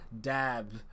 dab